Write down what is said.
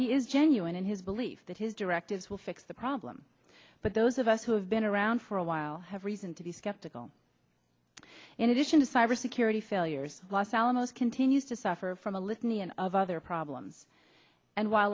he is genuine in his belief that his directives will fix the problem but those of us who have been around for a while have reason to be skeptical in addition to cybersecurity failures los alamos continues to suffer from a litany and of other problems and wh